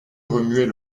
remuer